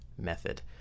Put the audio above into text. method